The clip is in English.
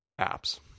apps